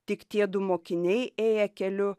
tik tiedu mokiniai ėję keliu